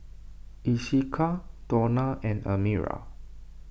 Esequiel Donny and Amira